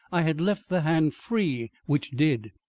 i had left the hand free which did,